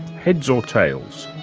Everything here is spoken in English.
heads or tails,